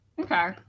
Okay